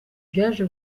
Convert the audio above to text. byaje